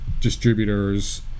distributors